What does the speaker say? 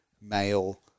male